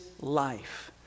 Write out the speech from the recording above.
life